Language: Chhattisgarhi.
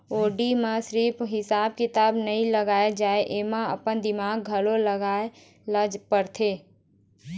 आडिट म सिरिफ हिसाब किताब नइ लगाए जाए एमा अपन दिमाक घलोक लगाए ल परथे